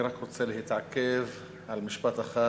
אני רק רוצה להתעכב על משפט אחד